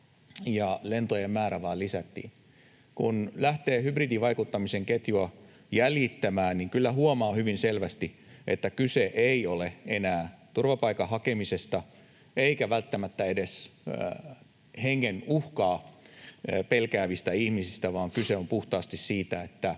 ja lentojen määrää vain lisättiin. Kun lähtee hybridivaikuttamisen ketjua jäljittämään, niin kyllä huomaa hyvin selvästi, että kyse ei ole enää turvapaikanhakemisesta eikä välttämättä edes hengen uhkaa pelkäävistä ihmisistä vaan kyse on puhtaasti siitä, että